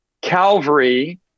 Calvary